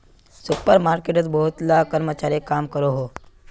super मार्केटोत बहुत ला कर्मचारी काम करोहो